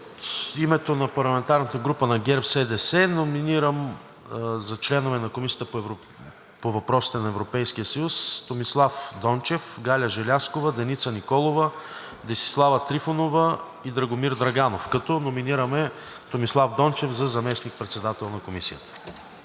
От името на парламентарната група на ГЕРБ-СДС номинираме за членове на Комисията по въпросите на Европейския съюз Томислав Дончев, Галя Желязкова, Деница Николова, Десислава Трифонова и Драгомир Драганов, като номинираме Томислав Дончев за заместник-председател на Комисията.